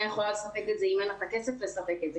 יכולה לספק את זה אם אין לה את הכסף לספק את זה,